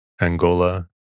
Angola